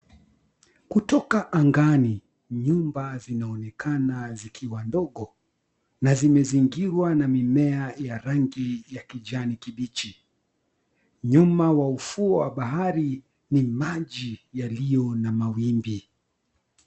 Kutoka angani, nyumba zinaonekana zikiwa ndogo na zimezingirwa na mimea ya rangi ya kijani kibichi. Nyuma wa ufuo wa bahari ni maji yaliyo na mawimbi.